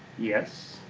yes.